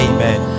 Amen